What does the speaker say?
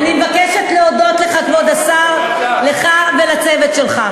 אני מבקשת להודות לך, כבוד השר, לך ולצוות שלך.